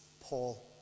Paul